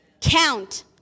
count